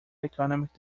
economic